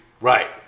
Right